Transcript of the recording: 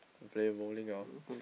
go play bowling [liao]